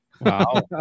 Wow